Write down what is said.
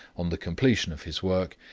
on the completion of his work,